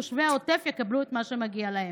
תושבי העוטף יקבלו את מה שמגיע להם.